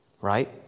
Right